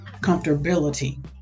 comfortability